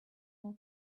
more